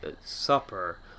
supper